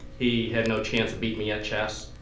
he had no chance of beating me at chess.